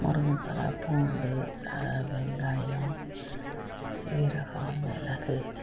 முருங்கை தழை பூண்டு ச வெங்காயம் சீரகம் மிளகு